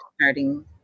starting